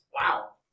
Wow